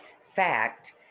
fact